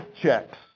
checks